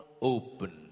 open